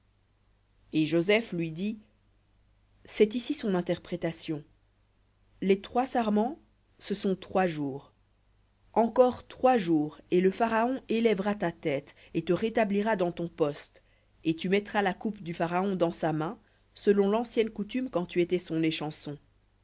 et joseph lui dit c'est ici son interprétation les trois sarments ce sont trois jours encore trois jours et le pharaon élèvera ta tête et te rétablira dans ton poste et tu mettras la coupe du pharaon dans sa main selon l'ancienne coutume quand tu étais son